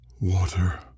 Water